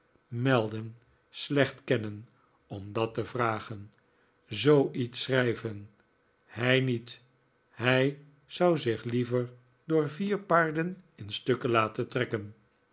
maldon slecht kennen om dat te vragen zboiets schrijven hij niet hij zou zich liever door vier paarden in stukken laten trekken